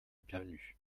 bienvenue